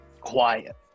Quiet